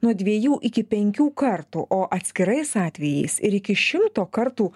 nuo dviejų iki penkių kartų o atskirais atvejais ir iki šimto kartų